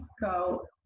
go